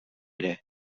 ere